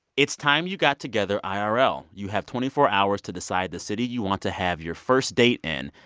it's time you got together i r l. you have twenty four hours to decide the city you want to have your first date in,